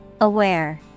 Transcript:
Aware